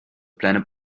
planet